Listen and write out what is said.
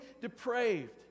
depraved